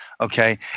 okay